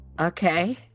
Okay